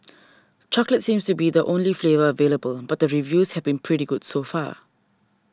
chocolate seems to be the only flavour available but reviews have been pretty good so far